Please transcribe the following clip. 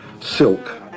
silk